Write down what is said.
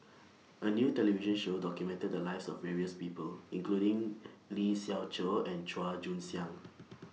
A New television Show documented The Lives of various People including Lee Siew Choh and Chua Joon Siang